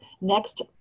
next